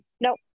Nope